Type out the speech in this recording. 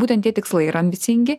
būtent tie tikslai yra ambicingi